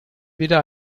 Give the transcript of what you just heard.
weder